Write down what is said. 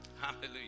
Hallelujah